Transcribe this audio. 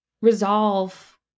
resolve